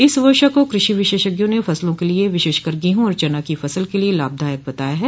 इस वर्षा को कृषि विशेषज्ञों ने फसलों के लिये विशेषकर गेहूँ और चना की फसल के लिये लाभदायक बताया है